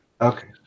Okay